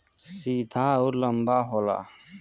सीधा अउर लंबा होला